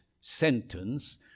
sentence